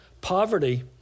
poverty